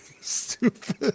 stupid